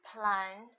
plan